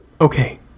Okay